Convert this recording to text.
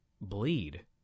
bleed